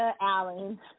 Allen